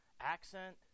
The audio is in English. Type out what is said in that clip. accent